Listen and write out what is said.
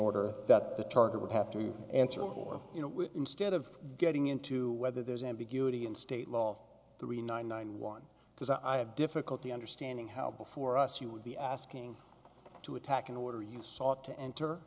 order that the target would have to answer for you know instead of getting into whether there's ambiguity in state law three nine one one because i had difficulty understanding how before us you would be asking to attack in order you sought to enter